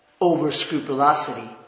over-scrupulosity